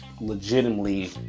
legitimately